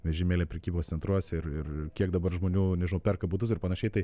vežimėliai prekybos centruose ir ir ir kiek dabar žmonių nežinau perka butus ir panašiai tai